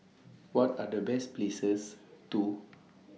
What Are The Best Places to